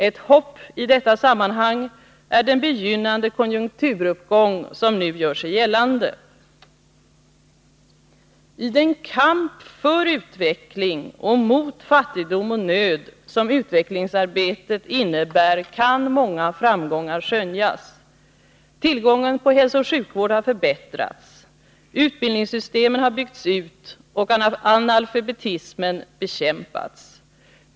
Ett hopp i detta sammanhang är den begynnande konjunkturuppgång som nu gör sig gällande. I den kamp för utveckling och mot fattigdom och nöd som utvecklingsarbetet innebär kan många framgångar skönjas. Tillgången på hälsooch sjukvård har förbättrats. Utbildningssystemen har byggts ut och analfabetismen bekämpats.